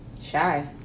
Shy